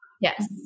Yes